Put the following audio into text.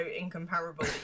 incomparable